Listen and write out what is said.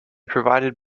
provided